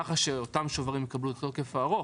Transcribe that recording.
כך שאותם שוברים יקבלו את התוקף הארוך,